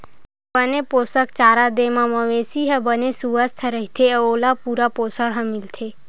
बने पोसक चारा दे म मवेशी ह बने सुवस्थ रहिथे अउ ओला पूरा पोसण ह मिलथे